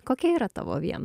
kokia yra tavo viena